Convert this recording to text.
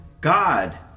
God